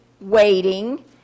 waiting